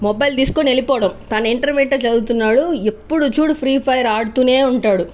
mobile తీసుకొని వెళ్ళిపోవడం తన ఇంటర్మీడియట్ చదువుతున్నాడు ఎప్పుడు చూడు ఫ్రీ ఫైర్ ఆడుతూనే ఉంటాడు